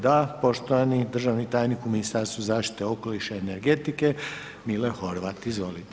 Da, poštovani državni tajnik u Ministarstvu zaštite okoliša i energetike, Mile Horvat, izvolite.